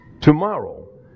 tomorrow